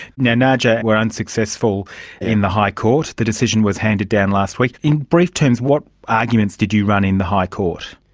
naaja were unsuccessful in the high court. the decision was handed down last week. in brief terms, what arguments did you run in the high court?